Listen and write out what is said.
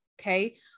Okay